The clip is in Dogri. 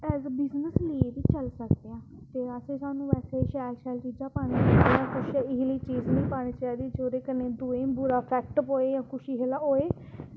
एह् इक्क बिज़नेस बी चली सकदा ऐ ते एह्दे सानूं शैल शैल चीज़ां पानी चाहिदियां ते असें ऐसी चीज़ निं पानी चाहिदी कि जां एह्दे कन्नै दूऐ कुसै गी इम्पैक्ट पोऐ